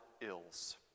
ills